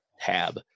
tab